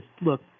look